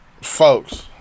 folks